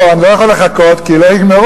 פה אני לא יכול לחכות, כי לא יגמרו.